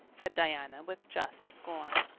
said diana with just scorn.